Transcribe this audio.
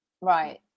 Right